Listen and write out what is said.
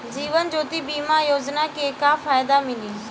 जीवन ज्योति बीमा योजना के का फायदा मिली?